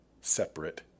separate